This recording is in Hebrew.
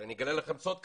אבל אני אגלה לכם סוד קטן,